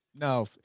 no